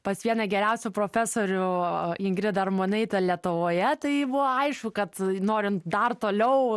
pas vieną geriausių profesorių ingridą armonaitę lietuvoje tai buvo aišku kad norint dar toliau